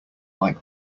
like